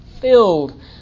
filled